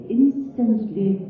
instantly